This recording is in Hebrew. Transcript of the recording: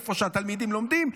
לאיפה שהתלמידים לומדים.